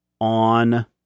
on